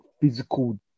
physical